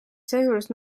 seejuures